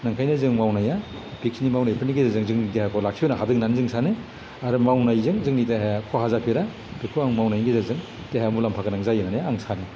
नंखायनो जों मावनाया बेखिनि मावनायफोरनि गेजेरजों जों देहाखौ लाखिबोनो हादों होननानै जों सानो आरो मावनायजों जोंनि देहाया खहा जाफेरा बेखौ आं मावनायनि गेजेरजों देहा मुलाम्फा गोनां जायो होननानै आं सानो